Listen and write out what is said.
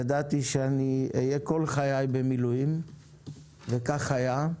ידעתי שאני אהיה כל חיי במילואים וכך היה.